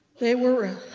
they were